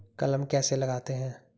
कलम कैसे लगाते हैं?